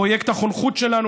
פרויקט החונכות שלנו,